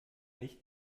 nicht